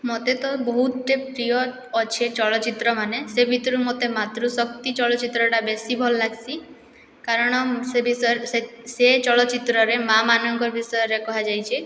ମୋତେ ତ ବହୁତଟିଏ ପ୍ରିୟ ଅଛେ ଚଳଚ୍ଚିତ୍ର ମାନେ ସେ ଭିତରୁ ମୋତେ ମାତୃଶକ୍ତି ଚଳଚ୍ଚିତ୍ରଟା ବେଶୀ ଭଲ୍ ଲାଗ୍ସି କାରଣ ସେ ବିଷୟରେ ସେ ସେ ଚଳଚ୍ଚିତ୍ରରେ ମା'ମାନଙ୍କର ବିଷୟରେ କୁହାଯାଇଛି